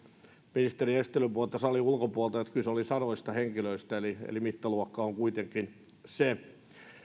ministerin esittelypuhetta salin ulkopuolelta kyse olisi sadoista henkilöistä eli eli mittaluokka on kuitenkin se